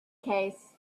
case